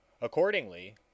Accordingly